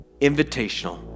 invitational